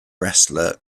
wrestler